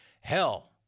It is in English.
Hell